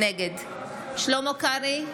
נגד שלמה קרעי,